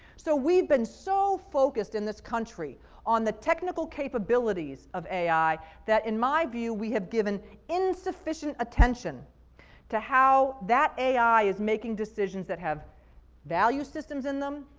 so we've been so focused in this country on the technical capabilities of ai that in my view, we have given insufficient attention to how that ai is making decisions that have value systems in them,